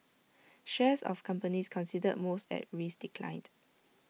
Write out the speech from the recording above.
shares of companies considered most at risk declined